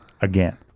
Again